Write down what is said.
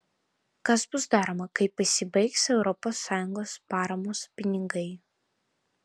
kas bus daroma kai pasibaigs europos sąjungos paramos pinigai